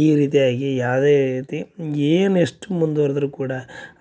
ಈ ರೀತಿಯಾಗಿ ಯಾವುದೇ ರೀತಿ ಏನು ಎಷ್ಟು ಮುಂದ್ವರೆದು ಕೂಡ